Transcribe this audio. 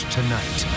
Tonight